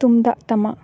ᱛᱩᱢᱫᱟᱜ ᱴᱟᱢᱟᱠ